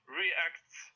reacts